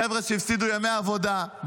חבר'ה שהפסידו ימי עבודה,